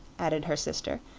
added her sister,